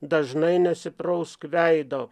dažnai nesiprausk veido